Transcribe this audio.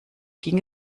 ging